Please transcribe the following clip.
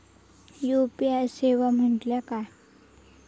UPI सेवा म्हटल्या काय?